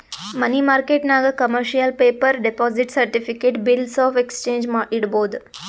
ಮನಿ ಮಾರ್ಕೆಟ್ನಾಗ್ commercial paper, deposit certificate, bills of exchange ಇಡ್ಬೋದ್